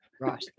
Right